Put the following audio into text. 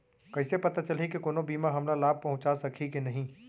कइसे पता चलही के कोनो बीमा हमला लाभ पहूँचा सकही के नही